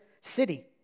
city